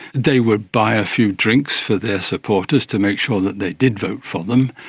they would buy a few drinks for their supporters to make sure that they did vote for them,